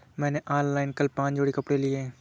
मैंने ऑनलाइन कल पांच जोड़ी कपड़े लिए